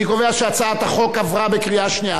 אני קובע שהצעת החוק עברה בקריאה שנייה.